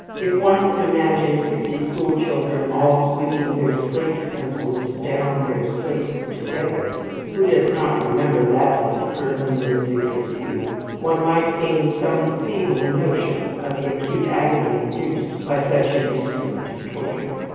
if one could imagine fifty school-children all squeaking their slate pencils down their slates together who does not remember that blood-curdling music of his youth one might gain some feeble notion of the acute agony induced by such an instrument of torture.